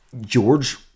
George